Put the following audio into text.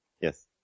Yes